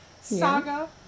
saga